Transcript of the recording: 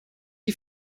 die